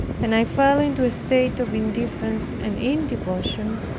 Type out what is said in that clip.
and i fell into a state of indifference and indevotion,